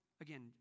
Again